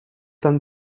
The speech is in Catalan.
tan